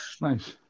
Nice